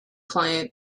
client